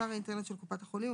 אתר האינטרנט של קופת החולים,